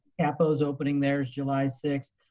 cappo's opening theirs july sixth,